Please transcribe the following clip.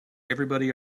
everybody